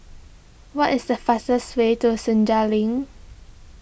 what is the fastest way to Senja Link